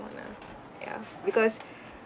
one ah ya because